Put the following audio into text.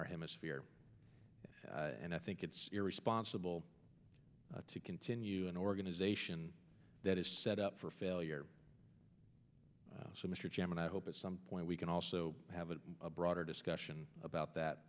our hemisphere and i think it's irresponsible to continue an organization that is set up for failure so mr chairman i hope at some point we can also have a broader discussion about